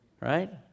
right